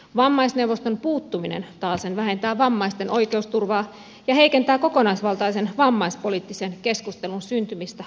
vammaisneuvoston puuttuminen taasen vähentää vammaisten oikeusturvaa ja heikentää kokonaisvaltaisen vammaispoliittisen keskustelun syntymistä kuntatasolla